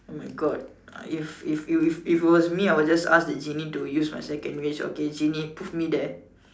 oh my God if if if it was me I would ask the genie to use my second wish okay genie put me there